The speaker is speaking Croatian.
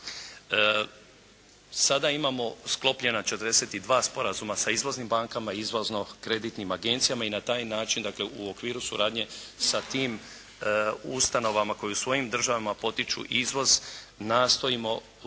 Sada imamo sklopljena 42 sporazuma sa izvoznim bankama, izvozno kreditnim agencijama i na taj način dakle u okviru suradnje sa tim ustanovama koje u svojim državama potiču izvoz nastojimo